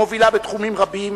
המובילה בתחומים רבים,